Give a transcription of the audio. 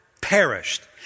perished